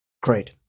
Great